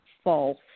False